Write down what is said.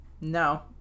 no